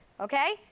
Okay